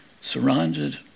Surrounded